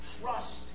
trust